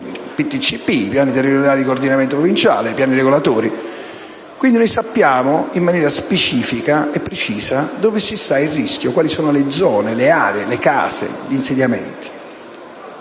PTCP (piani territoriali di coordinamento provinciale) e ai piani regolatori. Noi sappiamo dunque in maniera specifica e precisa dove sussiste il rischio, quali sono le zone, le aree, le case, gli insediamenti.